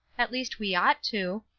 at least we ought to.